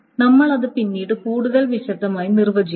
നമ്മൾ ഇത് പിന്നീട് കൂടുതൽ വിശദമായി നിർവ്വചിക്കും